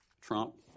Trump